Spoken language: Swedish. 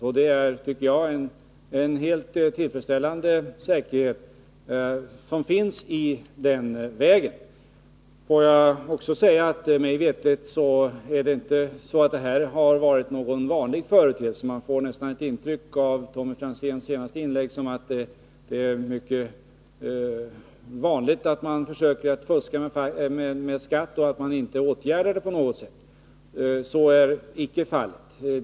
Det är, tycker jag, en helt tillfredsställande säkerhet som vi har genom den möjligheten. Får jag också tillägga att mig veterligt har fall av det här slaget inte varit någon vanlig företeelse. Av Tommy Franzéns senaste inlägg kan man få intrycket att det är mycket vanligt att folk försöker fuska med skatt och att det inte åtgärdas på något sätt. Så är icke fallet.